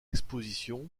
expositions